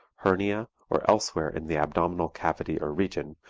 hernia, or elsewhere in the abdominal cavity or region,